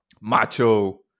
macho